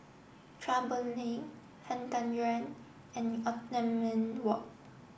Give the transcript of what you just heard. Chua Boon Lay Han Tan Yuan and Othman Wok